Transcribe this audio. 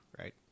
right